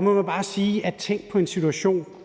må man bare sige, at man kan tænke,